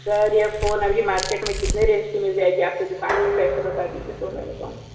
sir ये phone अभी market में कितने रेंज की मिल जाएगी आपके दुकान पे पैसे बता दीजिए तो मैं बताऊँ